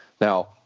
Now